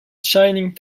shining